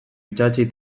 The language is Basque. itsatsi